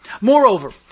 Moreover